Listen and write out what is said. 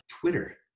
Twitter